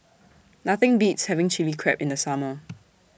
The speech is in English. Nothing Beats having Chilli Crab in The Summer